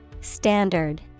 Standard